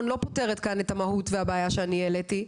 לא פותרת כאן את המהות והבעיה שאני העליתי.